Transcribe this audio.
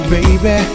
Baby